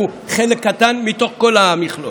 שהוא חלק קטן מתוך כל המכלול.